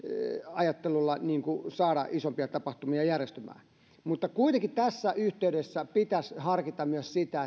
ajattelulla saada isompia tapahtumia järjestymään tässä yhteydessä pitäisi harkita myös sitä